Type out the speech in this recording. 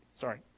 sorry